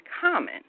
common